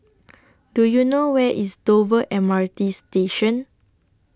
Do YOU know Where IS Dover M R T Station